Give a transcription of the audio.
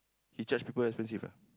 he charge people expensive ah